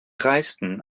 reisten